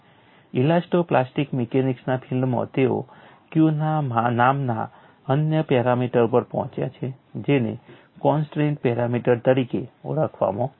elasto plastic મિકેનિક્સના ફીલ્ડમાં તેઓ Q નામના અન્ય પેરામીટર ઉપર પહોંચ્યા છે જેને કોન્સ્ટ્રેન્ટ પેરામીટર તરીકે ઓળખવામાં આવે છે